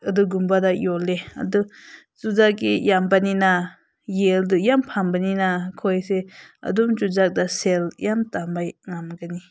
ꯑꯗꯨꯒꯨꯝꯕꯗ ꯌꯣꯜꯂꯦ ꯑꯗꯨ ꯆꯨꯖꯥꯛꯀꯤ ꯌꯥꯝꯕꯅꯤꯅ ꯌꯦꯜꯗꯣ ꯌꯥꯝ ꯐꯪꯕꯅꯤꯅ ꯑꯩꯈꯣꯏꯁꯦ ꯑꯗꯨꯝ ꯆꯨꯖꯥꯛꯇ ꯁꯦꯜ ꯌꯥꯝ ꯇꯥꯟꯕ ꯉꯝꯒꯅꯤ